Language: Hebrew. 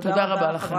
תודה רבה לכם.